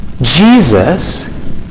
Jesus